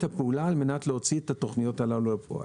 הפעולה על מנת להוציא את התוכניות הללו לפועל.